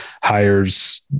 hires